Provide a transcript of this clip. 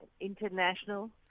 international